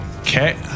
Okay